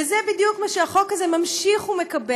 וזה בדיוק מה שהחוק הזה ממשיך ומקבע.